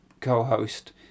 co-host